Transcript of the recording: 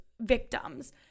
victims